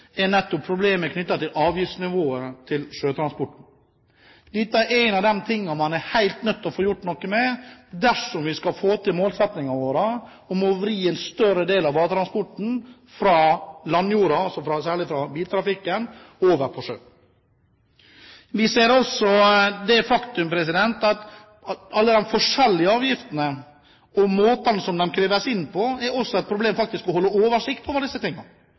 er nettopp problemet knyttet til avgiftsnivået på sjøtransporten. Dette er en av de tingene vi er helt nødt til å få gjort noe med dersom vi skal få til målsettingene våre om å vri en større del av transporten fra landjorden – særlig fra biltrafikken – og over på sjøen. Vi ser også at alle de forskjellige avgiftene, og måten de kreves inn på, er et problem. Det er faktisk et problem å holde oversikt over disse